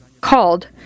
called